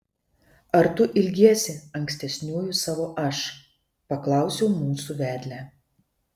ar tu ilgiesi ankstesniųjų savo aš paklausiau mūsų vedlę